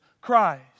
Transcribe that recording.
Christ